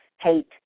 hate